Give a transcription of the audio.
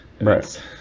Right